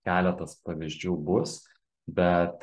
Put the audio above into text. keletas pavyzdžių bus bet